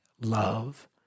love